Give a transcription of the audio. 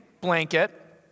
blanket